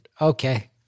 Okay